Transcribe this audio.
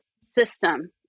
system